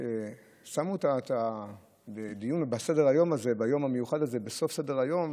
ששמו את הדיון ביום המיוחד הזה בסוף סדר-היום,